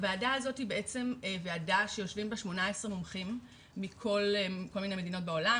הוועדה הזאת היא ועדה שיושבים בה 18 מומחים מכל מיני מדינות בעולם,